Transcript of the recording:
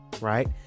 Right